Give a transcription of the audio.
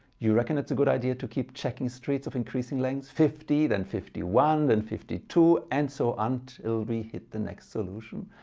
you reckon it's a good idea to keep checking streets of increasing length fifty then fifty one then fifty two and so until we hit the next solution?